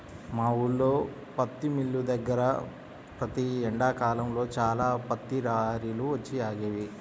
మా ఊల్లో పత్తి మిల్లు దగ్గర ప్రతి ఎండాకాలంలో చాలా పత్తి లారీలు వచ్చి ఆగేవి